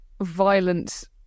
violent